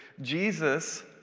Jesus